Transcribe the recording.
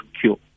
cure